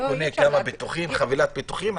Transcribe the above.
אני קונה חבילת ביטוחים.